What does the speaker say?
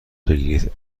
بگیرید